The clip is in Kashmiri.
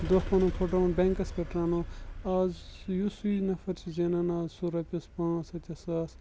دۄہ پَنُن پھٹراوُن بیٚنٛکَس پٮ۪ٹھ اَنو آز یُس سُے نَفر چھُ زینان آز سُہ رۄپیَس پانٛژھ ہَتھ یا ساس